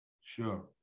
Sure